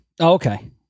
okay